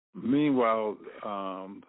Meanwhile